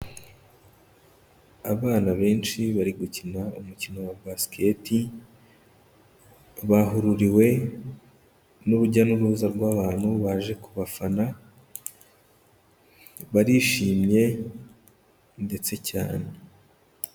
Abana benshi bari gukina umukino wa basketbal bahururiwe n'urujya n'uruza rw'abantu baje ku bafana, barishimye ndetse cyane.